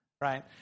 right